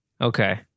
Okay